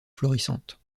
florissante